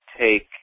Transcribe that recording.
take